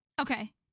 Okay